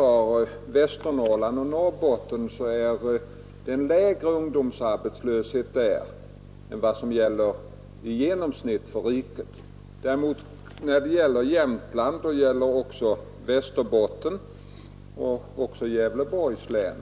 I Västernorrlands och Norrbottens län är ungdomsarbetslösheten faktiskt lägre än genomsnittet för hela riket. I Jämtlands, Västerbottens och Gävleborgs län